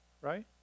Right